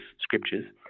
scriptures